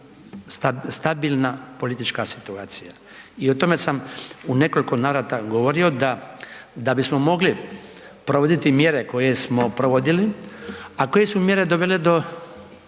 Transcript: stabilna politička situacija i o tome sam u nekoliko navrata govorio da bismo mogli provoditi mjere koje smo provodili, a koje su mjere dovele do